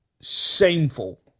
shameful